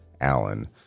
Allen